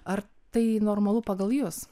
ar tai normalu pagal jus